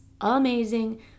amazing